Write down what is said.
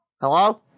Hello